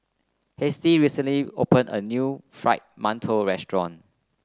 Halsey recently opened a new Fried Mantou restaurant